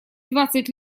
двадцать